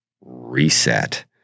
reset